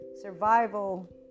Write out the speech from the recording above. survival